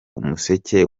umuseke